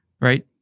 Right